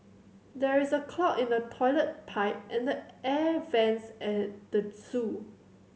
there is a clog in the toilet pipe and the air vents at the zoo